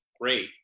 Great